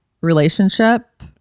relationship